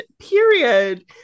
Period